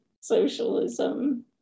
socialism